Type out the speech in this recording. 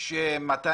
יש 200,